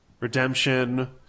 Redemption